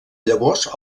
llavors